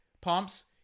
pumps